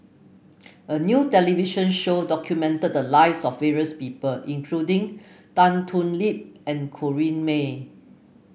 a new television show documented the lives of various people including Tan Thoon Lip and Corrinne May